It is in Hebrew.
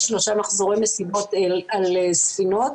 יש שלושה מחזורי מסיבות על ספינות.